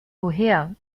woher